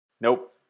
Nope